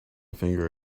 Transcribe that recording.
finger